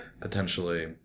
potentially